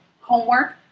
homework